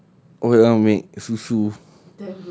what oh you want to make susu